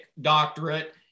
doctorate